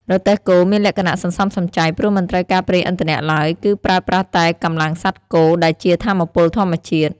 រទេះគោមានលក្ខណៈសន្សំសំចៃ ព្រោះមិនត្រូវការប្រេងឥន្ធនៈឡើយ គឺប្រើប្រាស់តែ កម្លាំងសត្វគោ ដែលជាថាមពលធម្មជាតិ ។